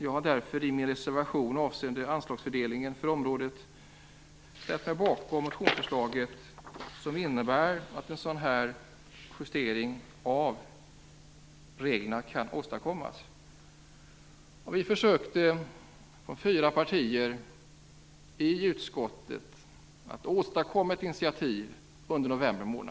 Jag har därför i min reservation avseende anslagsfördelningen för området ställt mig bakom motionsförslaget som innebär att en sådan justering av reglerna kan åstadkommas. Under november månad försökte fyra partier i utskottet att åstadkomma ett initiativ.